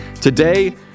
Today